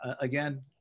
again